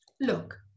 look